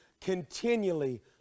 continually